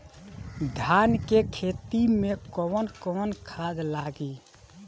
धान के खेती में कवन कवन खाद लागी?